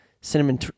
cinnamon